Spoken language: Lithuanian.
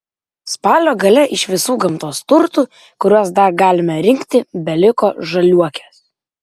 spalio gale iš visų gamtos turtų kuriuos dar galime rinkti beliko žaliuokės